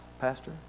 Pastor